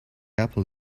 apple